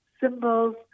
symbols